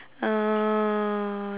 uh